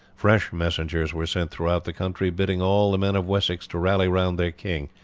fresh messengers were sent throughout the country bidding all the men of wessex to rally round their king,